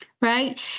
Right